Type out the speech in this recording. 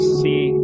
see